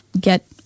get